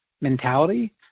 mentality